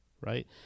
right